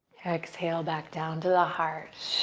exhale back down to the heart.